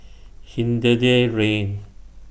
Hindhede Rain